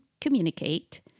communicate